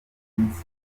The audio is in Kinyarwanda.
iminsi